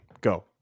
Go